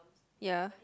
ya